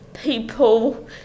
people